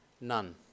none